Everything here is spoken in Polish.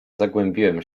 zagłębiłem